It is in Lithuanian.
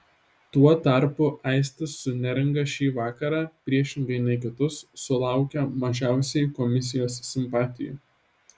tuo tarpu aistis su neringa šį vakarą priešingai nei kitus sulaukė mažiausiai komisijos simpatijų